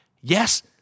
Yes